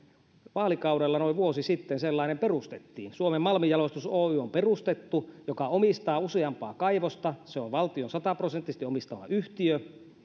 vaalikaudella noin vuosi sitten sellainen perustettiin suomen malmijalostus oy on perustettu se omistaa useampaa kaivosta se on valtion sataprosenttisesti omistama yhtiö